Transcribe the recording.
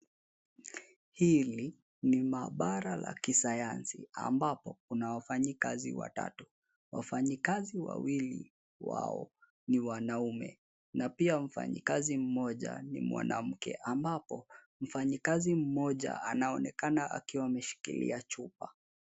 Hili ni maabara la kisayansi ambapo kuna wafanyikazi watatu. Wafanyikazi wawili wao ni wanaume na pia mfanyikazi mmoja ni mwanamke ambapo mfanyikazi mmoja anaonekana akiwa ameshikilia chupa.